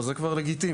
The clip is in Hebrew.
אבל זה כבר לגיטימי.